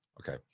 Okay